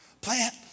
Plant